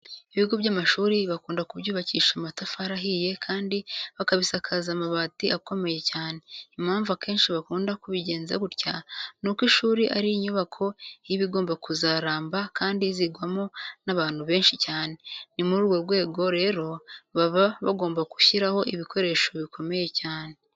Ibigo by'amashuri bakunda kubyubakisha amatafari ahiye kandi bakabisakaza amabati akomeye cyane. Impamvu akenshi bakunda kubigenza gutya ni uko ishuri ari inyubako iba igomba kuzaramba kandi izigirwamo n'abantu benshi cyane. Ni muri urwo rwego rero baba bagomba gushyiraho ibikoresho bikomeye cyane.